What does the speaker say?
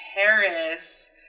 Paris